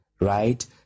right